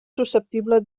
susceptible